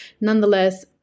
Nonetheless